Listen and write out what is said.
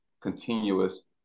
continuous